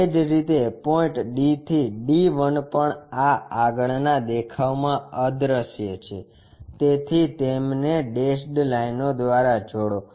એ જ રીતે point D થી D 1 પણ આ આગળના દેખાવમાં અદ્રશ્ય છે તેથી તેમને ડેશેડ લાઇનો દ્વારા જોડો